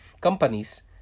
companies